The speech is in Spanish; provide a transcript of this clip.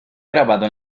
grabado